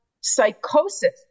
psychosis